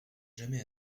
jamais